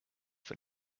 for